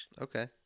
Okay